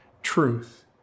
truth